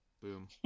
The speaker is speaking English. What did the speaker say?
Boom